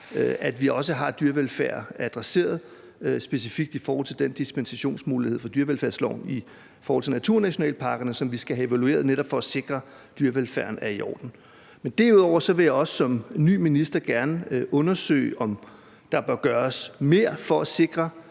at vi også har dyrevelfærd adresseret specifikt i forhold til den dispensationsmulighed fra dyrevelfærdsloven i forhold til naturnationalparkerne, som vi skal have evalueret for netop at sikre, at dyrevelfærden er i orden. Men derudover vil jeg også som ny minister gerne undersøge, om der bør gøres mere for at sikre